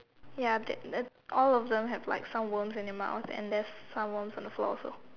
ya that then all of them have like some worms in their mouth and there's some worms on the floor also